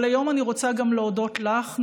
אבל היום אני רוצה גם להודות לך,